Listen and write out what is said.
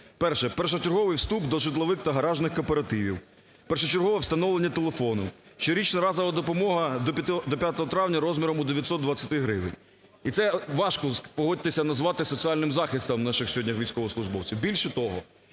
Перше. Першочерговий вступ до житлових та гаражних кооперативів. Першочергове встановлення телефону. Щорічна разова допомога до 5 травня розміром у 920 гривні. І це важко, погодьтеся, назвати соціальним захистом наших сьогодні військовослужбовців. Більше того,